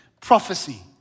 Prophecy